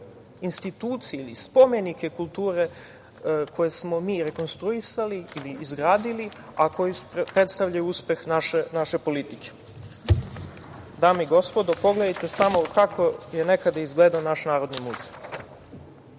institucije ili spomenike kulture koje smo mi rekonstruisali ili izgradili, a koji predstavljaju uspeh naše politike. Dame i gospodo, pogledajte samo kako je nekada izgledao naš Narodni muzej,